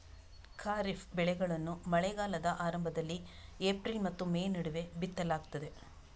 ಖಾರಿಫ್ ಬೆಳೆಗಳನ್ನು ಮಳೆಗಾಲದ ಆರಂಭದಲ್ಲಿ ಏಪ್ರಿಲ್ ಮತ್ತು ಮೇ ನಡುವೆ ಬಿತ್ತಲಾಗ್ತದೆ